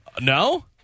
No